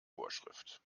vorschrift